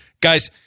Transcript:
Guys